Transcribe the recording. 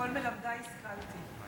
מכל מלמדי השכלתי.